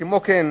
כמו כן,